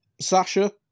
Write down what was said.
Sasha